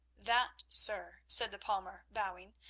that, sir, said the palmer, bowing,